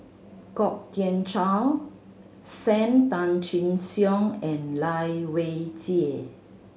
Kwok Kian Chow Sam Tan Chin Siong and Lai Weijie